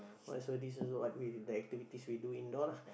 what so this also what we the activities we do indoor lah